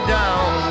down